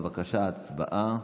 בבקשה, הצבעה.